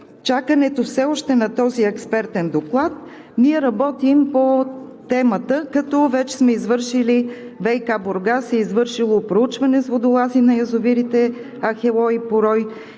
чакането все още на този експертен доклад, ние работим по темата, като вече ВиК – Бургас, е извършило проучване с водолази на язовирите „Ахелой“ и „Порой“,